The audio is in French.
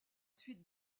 suite